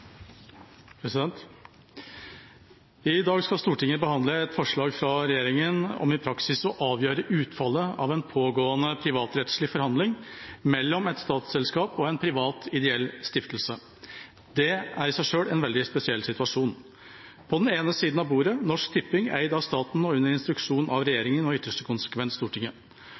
ExtraStiftelsen. I dag skal Stortinget behandle et forslag fra regjeringa om i praksis å avgjøre utfallet av en pågående privatrettslig forhandling mellom et statsselskap og en privat ideell stiftelse. Det er i seg selv en veldig spesiell situasjon. På den ene siden av bordet: Norsk Tipping, eid av staten og under instruksjon av